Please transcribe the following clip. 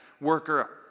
worker